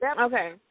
Okay